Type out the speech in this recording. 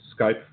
Skype